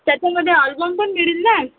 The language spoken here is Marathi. त्याच्यामध्ये अल्बम पण मिळेल काय